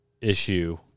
issue